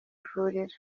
vuriro